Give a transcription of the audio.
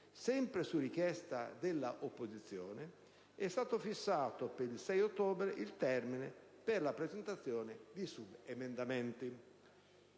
sempre su richiesta dell'opposizione, è stato fissato per il 6 ottobre il termine per la presentazione di subemendamenti.